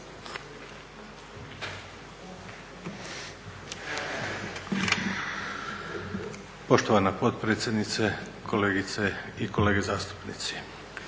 Poštovana potpredsjednice, kolegice i kolege zastupnici.